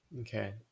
Okay